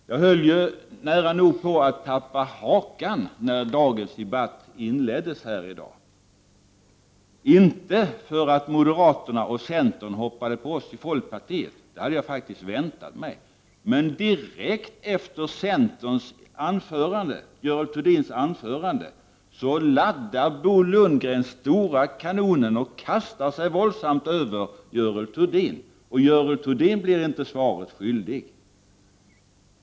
Jag höll nära nog på att tappa hakan när dagens debatt inleddes. Detta berodde inte på att moderaterna och centern hoppade på oss i folkpartiet — det hade jag faktiskt väntat mig — utan på att Bo Lundgren direkt efter Görel Thurdins anförande laddade stora kanonen och våldsamt kastade sig över henne. Och Görel Thurdin blev inte svaret skyldig.